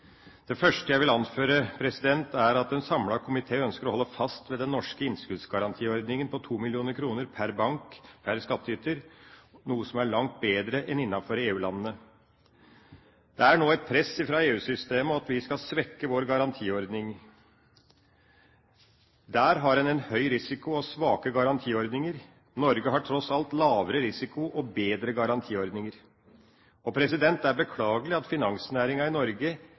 Det første jeg vil anføre, er at en samlet komité ønsker å holde fast ved den norske innskuddsgarantiordningen på 2 mill. kr per bank per skattyter, noe som er langt bedre enn i EU-landene. Det er nå et press fra EU-systemet om at vi skal svekke vår garantiordning. Der har man en høy risiko og svake garantiordninger. Norge har tross alt lavere risiko og bedre garantiordninger. Det er beklagelig at finansnæringa i Norge